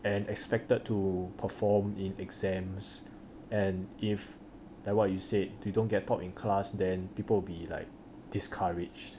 and expected to perform in exams and if like what you said you don't get top in class than people will be like discouraged